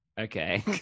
Okay